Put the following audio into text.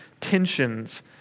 tensions